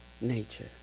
nature